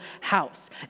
house